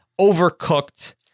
overcooked